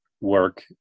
work